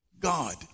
God